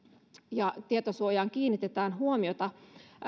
ja tietosuojaan kiinnitetään huomiota